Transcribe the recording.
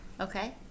Okay